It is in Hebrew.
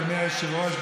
אדוני היושב-ראש,